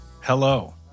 Hello